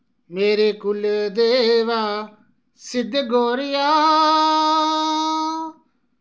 मेरे कुलदेवा सिद्ध गोरिया